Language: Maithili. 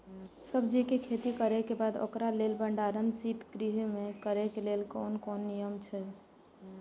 सब्जीके खेती करे के बाद ओकरा लेल भण्डार शित गृह में करे के लेल कोन कोन नियम अछि?